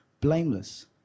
blameless